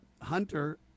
Hunter—